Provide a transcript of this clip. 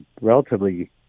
relatively